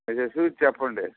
కొంచం చూసి చెప్పండి